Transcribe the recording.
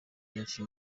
byinshi